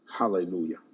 Hallelujah